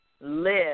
live